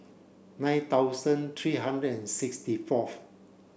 nine thousand three hundred and sixty fourth